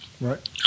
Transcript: Right